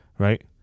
Right